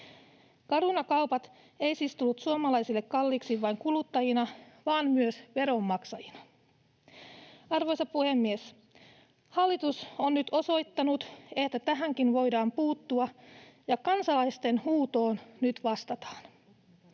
Caruna-kaupat eivät siis tulleet suomalaisille kalliiksi vain kuluttajina vaan myös veronmaksajina. Arvoisa puhemies! Hallitus on nyt osoittanut, että tähänkin voidaan puuttua, ja kansalaisten huutoon nyt vastataan.